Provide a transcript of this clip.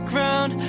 ground